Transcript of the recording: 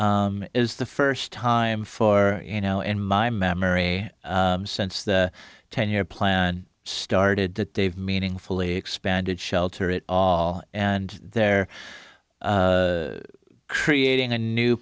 is the first time for you know in my memory since the ten year plan started that they've meaningfully expanded shelter it and they're creating a new